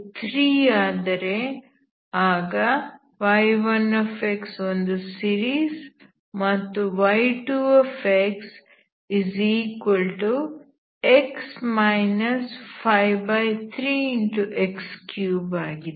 α3 ಆದರೆ ಆಗ y1x ಒಂದು ಸೀರೀಸ್ ಮತ್ತು y2xx 53x3 ಆಗಿದೆ